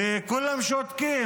וכולם שותקים.